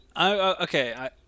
Okay